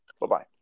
Bye-bye